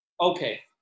Okay